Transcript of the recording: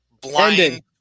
blind